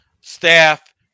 staff